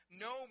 No